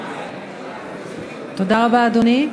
אדוני,